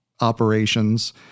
operations